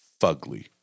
fugly